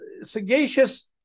sagacious